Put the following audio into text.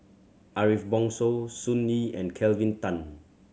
Ariff Bongso Sun Yee and Kelvin Tan